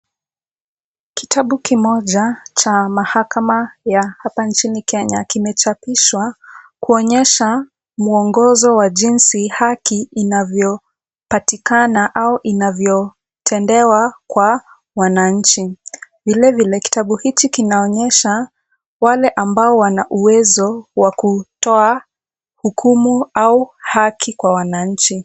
Kitabu kimoja cha mahakama hapa nchini Kenya kimechapishwa kuonyesha mwongozo wa jinsi haki inavyopatikana au inavyotendewa kwa wananchi. Vilevile kitabu hiki kinaonyesha wale ambao Wana uwezo wa kutoa hukumu au haki kwa wananchi.